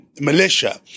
militia